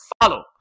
follow